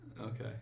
Okay